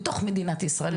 בתוך מדינת ישראל.